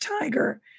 tiger